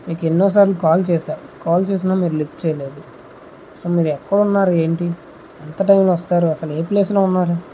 మీకు ఎన్నోసార్లు కాల్ చేశా కాల్ చేసినా మీరు లిఫ్ట్ చేయలేదు సో మీరు ఎక్కడున్నారు ఏంటి ఎంత టైంలో వస్తారు అసలు ఏ ప్లేస్లో ఉన్నారు